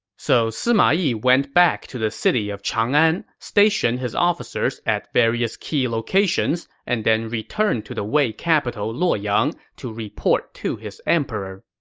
so sima yi went back to the city of chang'an, stationed his officers at various key locations, and then returned to the wei capital luoyang to report to his emperor